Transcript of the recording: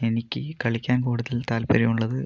എനിക്ക് കളിക്കാൻ കൂടുതൽ താല്പര്യമുള്ളത്